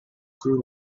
two